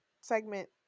segment